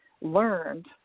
learned